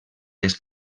les